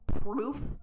proof